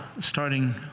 starting